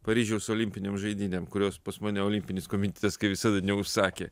paryžiaus olimpinėm žaidynėm kurios pas mane olimpinis komitetas kaip visada neužsakė